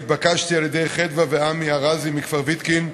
התבקשתי על-ידי חדוה ועמי ארזי מכפר-ויתקין,